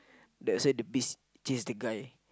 that say the bees chase the guy